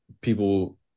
people